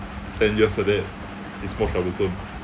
ten years like that is more troublesome